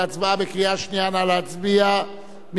מי בעד, מי נגד, מי נמנע,